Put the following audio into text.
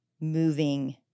moving